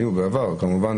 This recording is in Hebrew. הם היו בעבר כמובן,